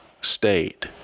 state